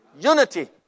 Unity